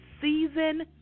season